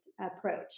approach